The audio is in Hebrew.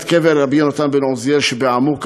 את קבר יונתן בן עוזיאל שבעמוקה,